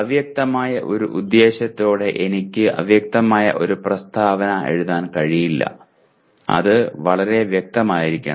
അവ്യക്തമായ ഒരു ഉദ്ദേശ്യത്തോടെ എനിക്ക് അവ്യക്തമായ ഒരു പ്രസ്താവന എഴുതാൻ കഴിയില്ല അത് വളരെ വ്യക്തമായിരിക്കണം